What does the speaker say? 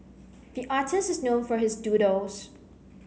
the artist is known for his doodles